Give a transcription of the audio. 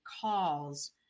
calls